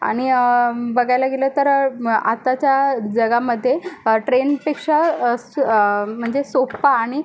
आणि बघायला गेलं तर आताच्या जगामध्ये ट्रेनपेक्षा स म्हणजे सोप्पा आणि